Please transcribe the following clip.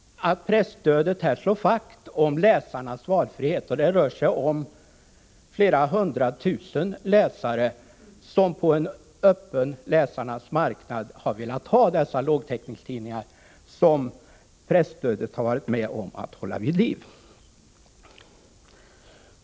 Presstödet slår vakt om läsarnas valfrihet. Det rör sig om flera hundratusen läsare som på en öppen läsarnas marknad har velat ha dessa lågtäckningstidningar som presstödet har varit med om att hålla vid liv.